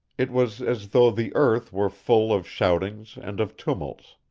it was as though the earth were full of shoutings and of tumults.